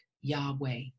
Yahweh